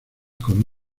con